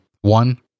one